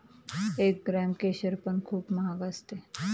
एक ग्राम केशर पण खूप महाग असते